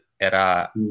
era